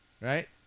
right